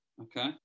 Okay